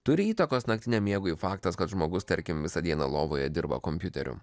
turi įtakos naktiniam miegui faktas kad žmogus tarkim visą dieną lovoje dirba kompiuteriu